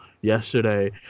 yesterday